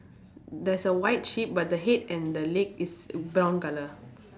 there's a white sheep but the head and the leg is brown colour